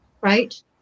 right